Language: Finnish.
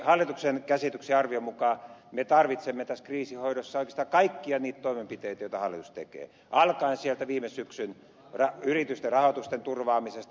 hallituksen käsityksen ja arvion mukaan me tarvitsemme tässä kriisinhoidossa oikeastaan kaikkia niitä toimenpiteitä joita hallitus tekee alkaen sieltä viime syksyn yritysten rahoitusten turvaamisesta